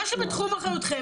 מה שבתחום אחריותכם,